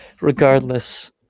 regardless